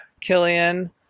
Killian